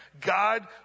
God